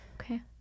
Okay